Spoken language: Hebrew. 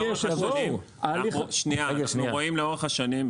אנחנו רואים לאורך השנים,